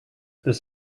this